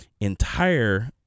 entire